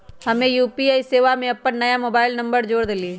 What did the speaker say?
हम्मे यू.पी.आई सेवा में अपन नया मोबाइल नंबर जोड़ देलीयी